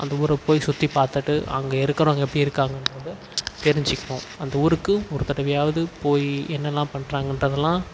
அந்த ஊரை போய் சுற்றிப் பார்த்துட்டு அங்கே இருக்கிறவங்க எப்படி இருக்காங்கன்றதை தெரிஞ்சுப்போம் அந்த ஊருக்கு ஒரு தடவையாவது போய் என்னலாம் பண்ணுறாங்கன்றதுலாம்